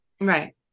right